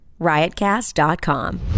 Riotcast.com